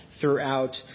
throughout